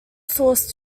source